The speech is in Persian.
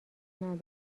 ندارم